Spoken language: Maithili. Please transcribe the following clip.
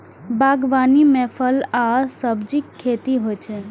बागवानी मे फल आ सब्जीक खेती होइ छै